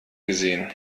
gesehen